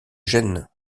gêne